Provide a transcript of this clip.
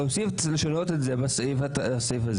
רק להוסיף או לשנות בסעיף הזה.